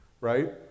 Right